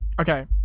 Okay